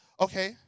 okay